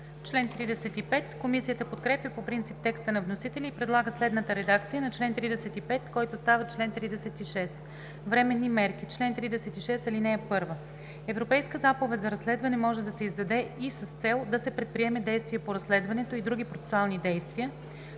Комисията подкрепя по принцип текста на вносителя и предлага следната редакция на чл. 35, който става чл. 36: „Временни мерки Чл. 36. (1) Европейска заповед за разследване може да се издаде и с цел да се предприеме действие по разследването и други процесуални действия